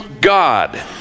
God